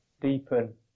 deepen